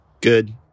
good